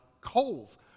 coals